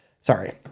Sorry